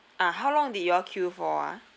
ah how long did you all queue for ah